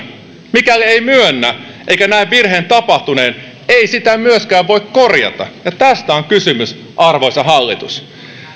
mikäli ei myönnä eikä näe virheen tapahtuneen ei sitä myöskään voi korjata ja tästä on kysymys arvoisa hallitus